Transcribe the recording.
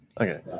Okay